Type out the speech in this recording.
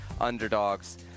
underdogs